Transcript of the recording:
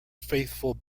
faithful